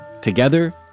Together